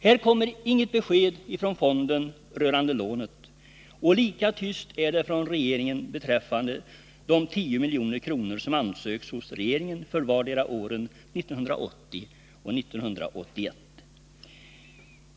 Här kommer inget besked från fonden rörande lånet, och lika tyst är det från regeringens sida beträffande de 10 milj.kr. som ansökts om hos regeringen för vardera åren 1980 och 1981.